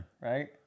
right